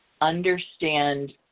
understand